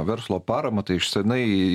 verslo paramą tai iš seniai